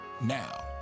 Now